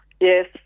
Yes